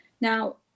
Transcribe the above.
Now